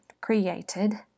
created